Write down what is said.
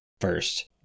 first